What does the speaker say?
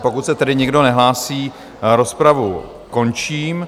Pokud se tedy nikdo nehlásí, rozpravu končím.